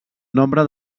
nombre